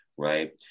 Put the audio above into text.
Right